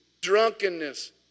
drunkenness